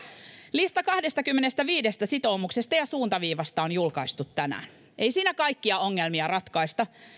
lista kahdestakymmenestäviidestä sitoumuksesta ja suuntaviivasta on julkaistu tänään ei siinä kaikkia ongelmia ratkaista